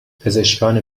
پزشکان